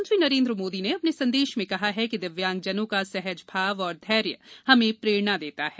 प्रधान मंत्री नरेंद्र मोदी ने अपने संदेश में कहा है कि दिव्यांगजनों का सहज भाव और धैर्य हमें प्रेरणा देता है